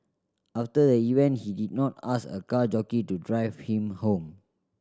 after the event he did not ask a car jockey to drive him home